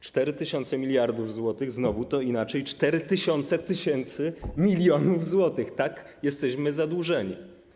4 tysiące miliardów złotych to znowu inaczej 4 tysiące tysięcy milionów złotych - tak jesteśmy zadłużeni.